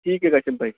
ٹھیک ہے کاشب بھائی